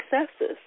successes